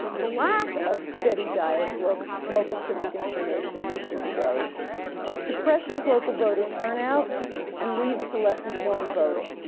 the lack of a steady diet of local local civic information research shows both depresses local voter turn out and leads to less informed voting.